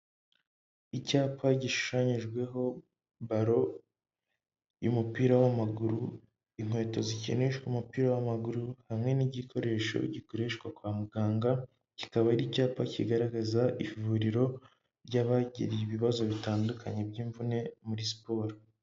Icyapa gishushanyijweho balo y'umupira w'amaguru, inkweto zikinishwa umupira w'amaguru hamwe n'igikoresho gikoreshwa kwa muganga, kikaba ari icyapa kigaragaza ivuriro ry'abagiriye ibibazo bitandukanye by'imvune muri siporo.